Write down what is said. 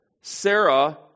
Sarah